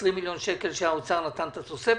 20 מיליון שקל שהאוצר נתן את התוספת,